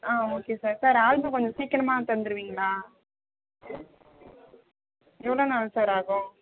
ஆ okay sir sir album கொஞ்சம் சீக்கிரமா தந்துடுவீங்களா எவ்வளோ நாள் சார் ஆகும்